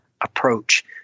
approach